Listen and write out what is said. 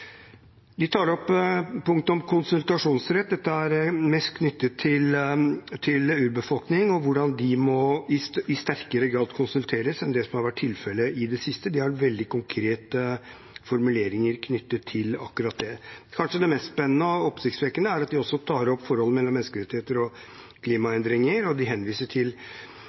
De tar opp et punkt om konsultasjonsrett. Dette er mest knyttet til urbefolkning og hvordan de i sterkere grad må konsulteres enn det som har vært tilfellet i det siste. De har veldig konkrete formuleringer knyttet til akkurat det. Det kanskje mest spennende og oppsiktsvekkende er at de også tar opp forholdet mellom menneskerettigheter og klimaendringer – de henviser til